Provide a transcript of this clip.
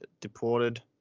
deported